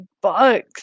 bugs